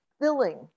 filling